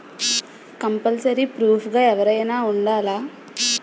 Compulsory proof గా ఎవరైనా ఉండాలా?